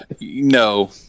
no